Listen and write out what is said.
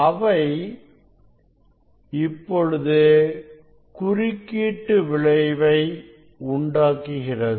அவை இப்பொழுது குறுக்கீட்டு விளைவு உண்டாக்குகிறது